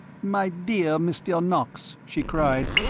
my dear mr. knox, she cried,